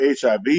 HIV